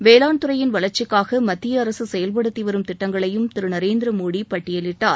வேளாண்துறையின் வளர்ச்சிக்காக மத்தியஅரசு சுயல்படுத்தி வரும் திட்டங்களையும் திரு நரேந்திரமோடி பட்டியலிட்டார்